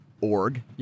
org